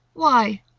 why,